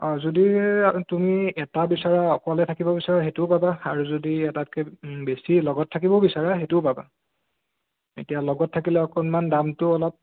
অঁ যদি তুমি এটা বিচৰা অকলে থাকিব বিচৰা সেইটো পাবা আৰু যদি এটাতকৈ বেছি লগত থাকিবও বিচৰা সেইটোও পাবা এতিয়া লগত থাকিলে অকণমান দামটো অলপ